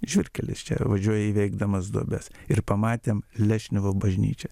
žvyrkelis čia važiuoji įveikdamas duobes ir pamatėm lešnevo bažnyčią